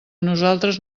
nosaltres